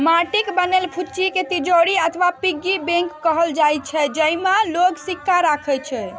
माटिक बनल फुच्ची कें तिजौरी अथवा पिग्गी बैंक कहल जाइ छै, जेइमे लोग सिक्का राखै छै